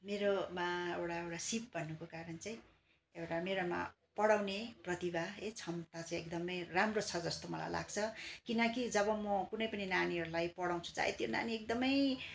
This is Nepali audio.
मेरोमा एउटा एउटा सिप भन्नुको कारण चाहिँ एउटा मेरोमा पढाउने प्रतिभा ए क्षमता चाहिँ एकदमै राम्रो छ जस्तो मलाई लाग्छ किनकि जब म कुनै पनि नानीहरूलाई पढाउँछु चाहे त्यो नानी एकदमै